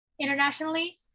internationally